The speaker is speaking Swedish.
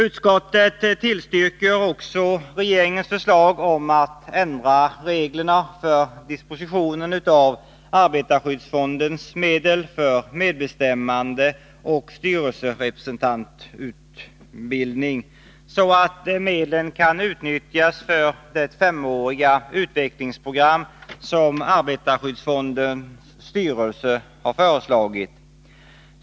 Utskottet tillstyrker också regeringens förslag om att ändra reglerna för dispositionen av arbetarskyddsfondens medel för medbestämmandeoch styrelserepresentantutbildning så att medlen kan utnyttjas för det femåriga utvecklingsprogram som arbetarskyddsfondens styrelse föreslagit.